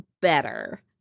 better